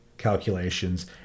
calculations